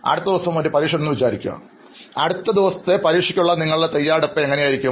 അടുത്തദിവസം നിങ്ങൾക്ക് ഒരു പരീക്ഷ വരുന്നുണ്ടെന്ന് സങ്കൽപ്പിക്കുക എന്നാൽ അതിനുള്ള നിങ്ങളുടെ തയ്യാറെടുപ്പ് എങ്ങനെയായിരിക്കും